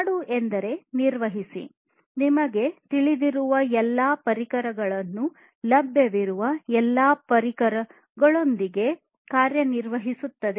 ಮಾಡು ಎಂದರೆ ನಿರ್ವಹಿಸಿ ನಿಮಗೆ ತಿಳಿದಿರುವ ಎಲ್ಲಾ ಪರಿಕರಗಳು ಲಭ್ಯವಿರುವ ಎಲ್ಲಾ ಪರಿಕರಗಳೊಂದಿಗೆ ಕಾರ್ಯನಿರ್ವಹಿಸುತ್ತವೆ